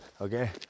okay